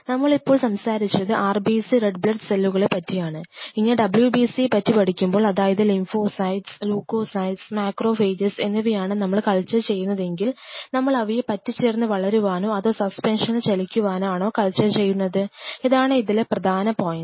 നമ്മളിപ്പോൾ സംസാരിച്ചത് RBC red blood സെല്ലുകളെ പറ്റിയാണ് ഇനി WBC പഠിക്കുമ്പോൾ അതായത് ലിമ്ഫോസൈറ്റീസ് ലുകോസൈറ്റീസ് മാക്രോഫേജ്സ് എന്നിവയാണ് നമ്മൾ കൾച്ചർ ചെയ്യുന്നതെങ്കിൽ നമ്മൾ അവയെ പറ്റിച്ചേർന്ന് വളരുവാനാണോ അതോ സസ്പെൻഷനിൽ ചലിക്കുവാനാണോ കൾച്ചർ ചെയ്യുന്നത് ഇതാണ് ഇതിലെ പ്രധാന പോയിൻറ്